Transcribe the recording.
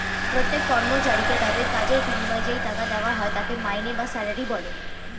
প্রত্যেক কর্মচারীকে তাদের কাজের বিনিময়ে যেই টাকা দেওয়া হয় তাকে মাইনে বা স্যালারি বলা হয়